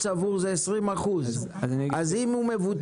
ברב קו ערך צבור זה 20%. אם הוא מבוטל,